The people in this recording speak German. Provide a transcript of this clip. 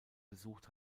besucht